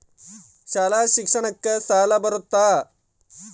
ಶಾಲಾ ಶಿಕ್ಷಣಕ್ಕ ಸಾಲ ಬರುತ್ತಾ?